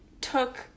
took